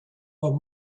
were